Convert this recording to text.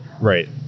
Right